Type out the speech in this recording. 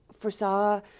foresaw